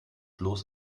bloß